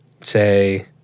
say